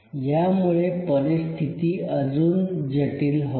यामुळे परिस्थिती अजून जटील होते